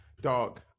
Dog